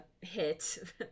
hit